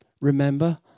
Remember